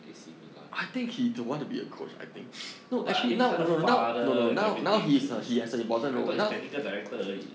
eh simi lan no I mean 他的 father and everything assistant I thought is technical director 而已